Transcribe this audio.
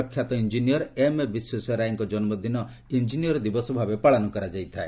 ପ୍ରଖ୍ୟାତ engineer M ବିଶ୍ୱେଶ୍ୱରାୟଙ୍କ ଜନୁଦିନ ଇଞ୍ଜିନିୟର୍ ଦିବସ ଭାବେ ପାଳିତ ହୋଇଥାଏ